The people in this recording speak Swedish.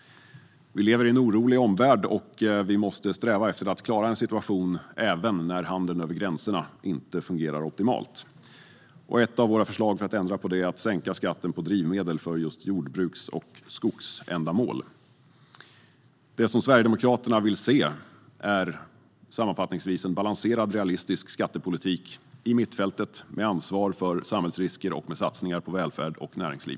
Vi lever i en orolig värld, och vi måste sträva efter att klara en situation även när handeln över gränserna inte fungerar optimalt. Ett av våra förslag för att ändra på detta är att sänka skatten på drivmedel för just jordbruks och skogsbruksändamål. Sammanfattningsvis vill Sverigedemokraterna se en balanserad, realistisk skattepolitik i mittfältet, med ansvar för samhällsrisker och med satsningar på välfärd och näringsliv.